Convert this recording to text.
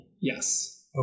Yes